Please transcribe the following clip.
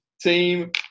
team